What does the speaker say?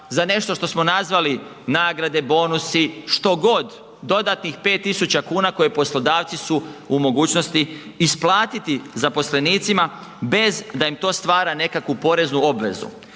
za nešto što smo nazvali nagrade, bonusi, što god, dodatnih 5000 kuna koje poslodavci su u mogućnost isplatiti zaposlenicima bez da im to stvara nekakvu poreznu obvezu.